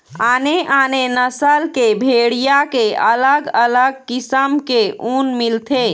आने आने नसल के भेड़िया के अलग अलग किसम के ऊन मिलथे